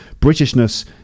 Britishness